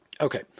Okay